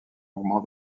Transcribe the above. augmente